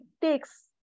takes